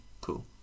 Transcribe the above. cool